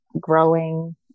growing